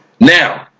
now